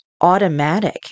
automatic